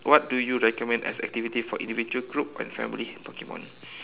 what do you recommend as activity for individual group and family Pokemon